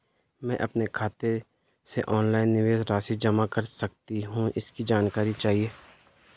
मैं अपने खाते से ऑनलाइन निवेश राशि जमा कर सकती हूँ इसकी जानकारी चाहिए?